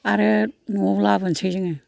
आरो न'आव लाबोनसै जोङो